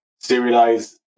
serialized